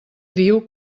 diu